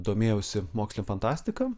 domėjausi moksline fantastika